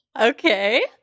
Okay